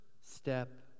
step